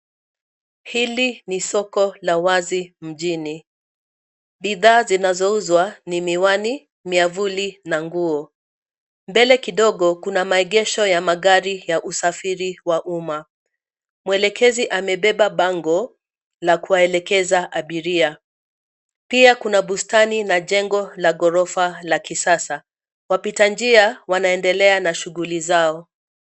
Hili ni soko la wazi mjini. Bidhaa zinazouzwa ni miwani, miavuli na nguo. Mbele kidogo kuna maegesho ya magari ya usafiri wa uma. Mwelekezi amebeba bango la kuwaelekeza abiria. Pia kuna bustani na jengo la ghorofa la kisasa. Wapita njia wanaendelea na shughuli zao.